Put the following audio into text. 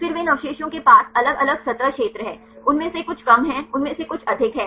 फिर वे इन अवशेषों के पास अलग अलग सतह क्षेत्र हैं उनमें से कुछ कम हैं उनमें से कुछ अधिक हैं